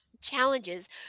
challenges